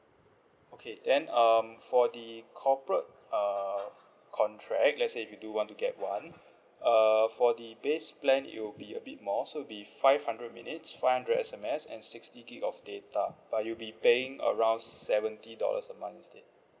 okay then um for the corporate uh contract let's say if you do want to get one uh for the base plan it will be a bit more so it'll be five hundred minutes five hundred S_M_S and sixty gigabytes of data but you'll be paying around seventy dollars a month instead